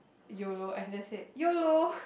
yolo and that's it yolo